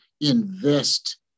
invest